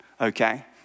okay